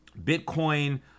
Bitcoin